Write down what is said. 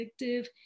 addictive